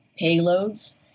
payloads